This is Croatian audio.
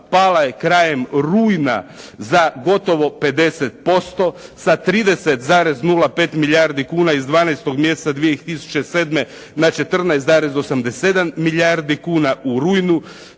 pala je krajem rujna za gotovo 50%. Sa 30,05 milijardi kuna iz 12. mjeseca 2007. na 14,87 milijardi kuna u rujnu.